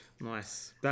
Nice